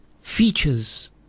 features